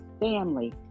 family